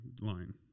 line